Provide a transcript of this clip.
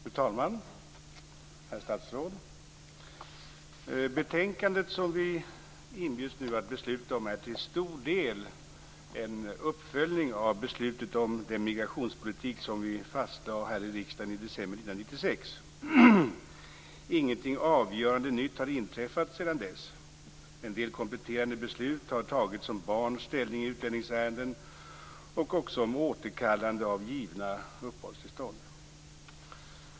Fru talman! Herr statsråd! Betänkandet som vi nu inbjuds att besluta om är till stor del en uppföljning av beslutet om den migrationspolitik som vi fastlade här i kammaren i december 1996. Ingenting avgörande nytt har inträffat sedan dess. En del kompletterande beslut har fattats om barns ställning i utlänningsärenden och också om återkallande av givna uppehållstillstånd.